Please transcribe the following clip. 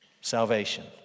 Salvation